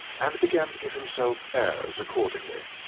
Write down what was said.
and began to give himself airs accordingly.